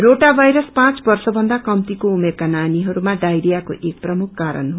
रोआ वायरस पाँच वर्ष भन्दा कप्तीको उमेरका नानीहरूमा डडायरियाको एक प्रमुख कारण हो